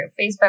Facebook